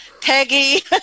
Peggy